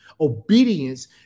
Obedience